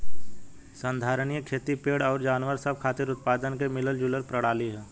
संधारनीय खेती पेड़ अउर जानवर सब खातिर उत्पादन के मिलल जुलल प्रणाली ह